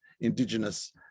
Indigenous